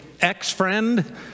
ex-friend